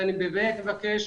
אני בזה מבקש,